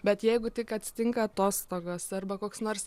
bet jeigu tik atsitinka atostogos arba koks nors